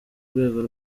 rwego